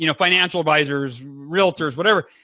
you know financial advisors, realtors, whatever.